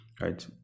Right